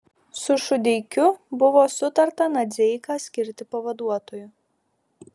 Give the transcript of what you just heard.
su šudeikiu buvo sutarta nadzeiką skirti pavaduotoju